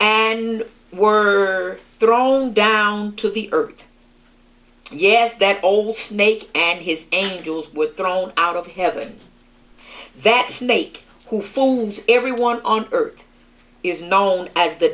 and were thrown down to the earth yes they're all snake and his angels with their own out of heaven that snake who phones everyone on earth is known as the